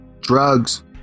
Drugs